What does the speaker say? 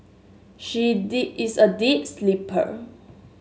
she is a deep sleeper